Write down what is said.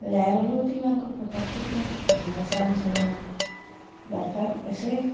ल्याएर लु तिमीहरूको फोटो खिच्ने भनेर सान्सानोमा भर्खर यसै